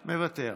מוותר,